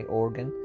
organ